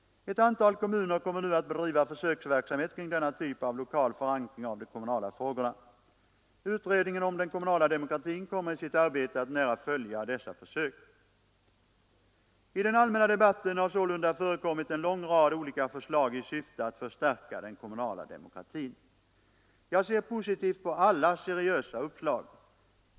Ett antal kommuner kommer nu att bedriva försöksverksamhet kring denna typ av lokal förankring av de kommunala frågorna. Utredningen om den kommunala demokratin kommer i sitt arbete att nära följa dessa försök. I den allmänna debatten har sålunda förekommit en lång rad olika förslag i syfte att förstärka den kommunala demokratin. Jag ser positivt på alla seriösa uppslag.